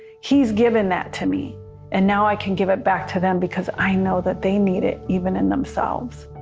he's given that to me and now i can give it back to them because i know that they need it even in themselves.